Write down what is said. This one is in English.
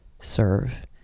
serve